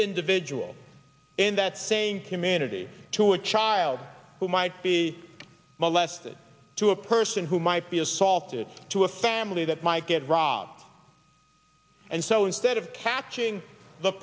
individual in that same community to a child who might be molested to a person who might be assaulted to a family that might get robbed and so instead of catching the